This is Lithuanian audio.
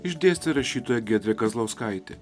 išdėstė rašytoja giedrė kazlauskaitė